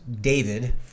David